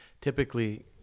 Typically